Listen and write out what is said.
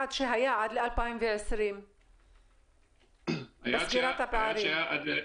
ל-2020 לסגירת הפערים?